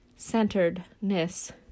centeredness